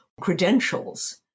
credentials